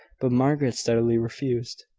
but margaret steadily refused.